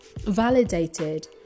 validated